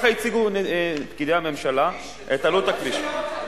כך הציגו פקידי הממשלה את עלות הכביש.